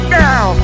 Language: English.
now